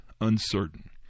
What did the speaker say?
uncertain